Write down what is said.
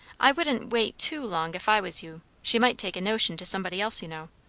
i wouldn't wait too long, if i was you. she might take a notion to somebody else, you know,